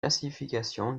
classification